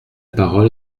parole